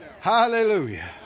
Hallelujah